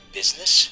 business